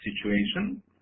situation